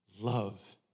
Love